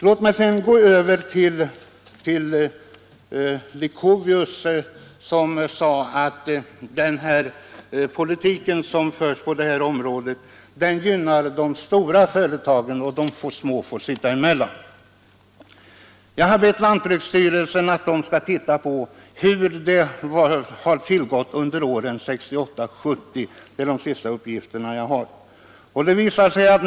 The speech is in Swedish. Låt mig sedan gå över till vad herr Leuchovius sade, nämligen att den politik som förts gynnar de stora företagen och att de små får sitta emellan. Jag har bett lantbruksstyrelsen att titta på hur det gått till under åren 1968-1970 — det är de senaste uppgifter jag har.